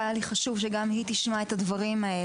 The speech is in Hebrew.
היה לי חשוב שגם היא תשמע את הדברים האלה.